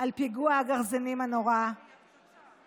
על פיגוע הגרזינים הנורא באלעד.